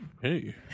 Hey